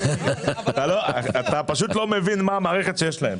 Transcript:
אתה פשוט לא מבין מה המערכת שיש להם.